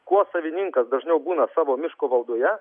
kuo savininkas dažniau būna savo miško valdoje